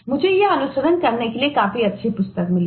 मुझे यह अनुसरण करने के लिए काफी अच्छी पुस्तक मिली